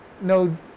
no